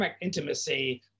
intimacy